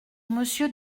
monsieur